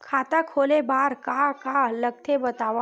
खाता खोले बार का का लगथे बतावव?